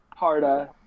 Parda